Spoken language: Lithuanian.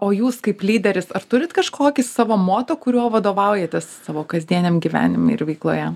o jūs kaip lyderis ar turit kažkokį savo moto kuriuo vadovaujatės savo kasdieniam gyvenime ir veikloje